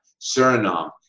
Suriname